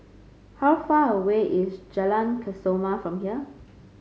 how far away is Jalan Kesoma from here